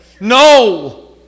No